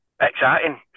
Exciting